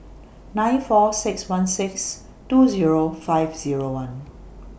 nine four six one six two Zero five Zero one